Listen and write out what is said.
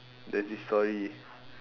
there's this story